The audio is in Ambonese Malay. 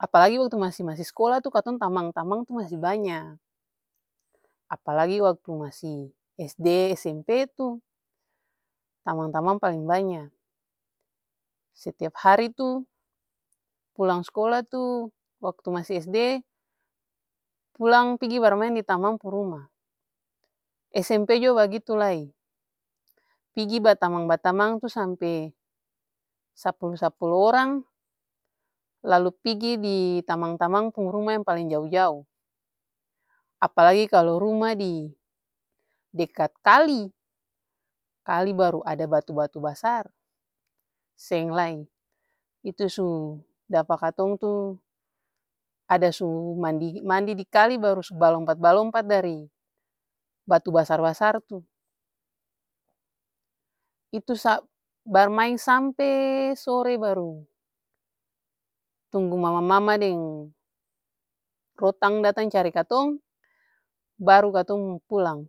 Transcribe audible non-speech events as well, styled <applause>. apalagi waktu masi skola-skola tuh katong tamang-tamang masi banya. Apalagi waktu masi sd, smp tuh tamang-tamang paleng banya. Setiap hari tuh pulang skola tuh waktu masi sd, pulang pigi barmaeng ditamang pung ruma, smp jua bagitu lai. Pigi batamang-batamang tuh sampe sapulu-sapulu orang lalu pigi di tamang-tamang pung ruma yang paleng jao-jao. Apalagi kalu ruma didekat kali, kali baru ada batu-batu basar seng laeng itu su dapa katong tuh ada su ma-mandi di kali, baru su balompat-balompat dari batu basar-basar tuh. itu <hesitation> barmaeng sampe sore baru tunggu mama-mama deng rotang datang cari katong baru katong pulang.